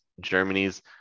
Germany's